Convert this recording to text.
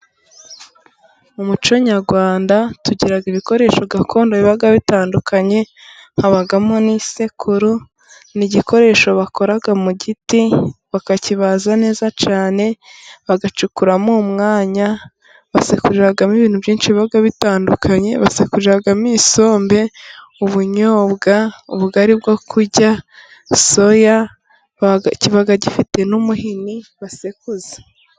Mu muco nyarwanda tugira ibikoresho gakondo biba bitandukanye. Habamo n'isekuru. ni igikoresho bakoraga mu giti, bakakibaza neza cyane. Bagacukuramo umwanya basekuriramo ibintu byinshi, biba bitandukanye. Basekuriramo isombe, ubunyobwa, ubugari bwo kurya, soya, kiba gifite n'umuhini basekuza.